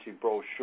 brochure